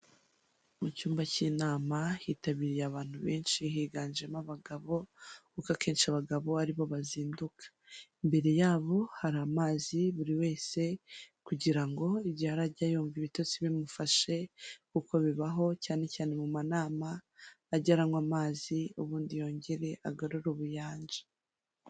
Mu cyumba cy'inama hitabiriye abantu benshi, higanjemo abagabo kuko akenshi abagabo aribo bazinduka, imbere yabo hari amazi buri wese kugira ngo igihe arajya yumva ibitotsi bimufashe kuko bibaho cyane cyane mu manama ajye aranywa amazi ubundi yongere agarure ubuyanja.